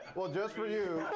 well, just for you,